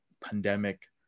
pandemic